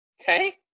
okay